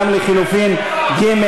גם לחלופין ג',